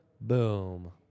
Boom